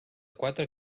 quatre